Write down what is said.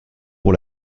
pour